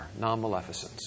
non-maleficence